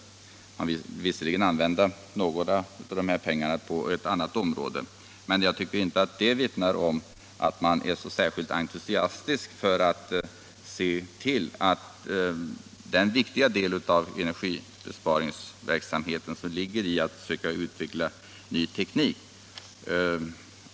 Man vill visserligen använda en del av pengarna på ett annat område, men jag tycker inte att det vittnar om att man är så särskilt angelägen om att stödja den viktiga del av energibesparingsverksamheten som ligger i att försöka utveckla ny teknik.